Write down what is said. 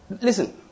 Listen